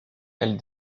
elle